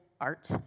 art